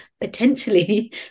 potentially